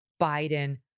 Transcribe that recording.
Biden